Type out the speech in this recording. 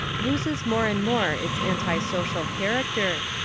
loses more and more its anti-social character,